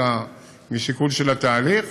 אלא משיקול של התהליך,